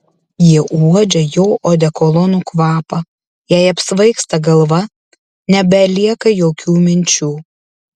ji uodžia jo odekolono kvapą jai apsvaigsta galva nebelieka jokių minčių